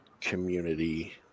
community